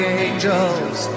angels